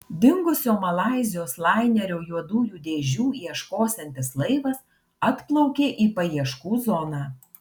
dingusio malaizijos lainerio juodųjų dėžių ieškosiantis laivas atplaukė į paieškų zoną